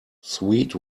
sweet